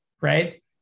right